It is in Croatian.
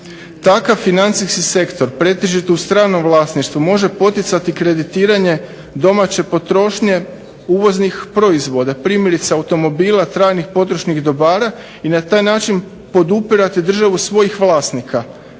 Takav financijski sektor pretežito u stranom vlasništvu može poticati kreditiranje domaće potrošnje uvoznih proizvoda, primjerice automobila trajnih potrošnih dobara i na taj način podupirati državu svojih vlasnika,